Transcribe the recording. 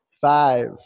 Five